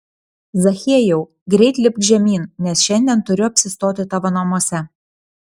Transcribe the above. zachiejau greit lipk žemyn nes šiandien turiu apsistoti tavo namuose